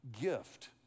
gift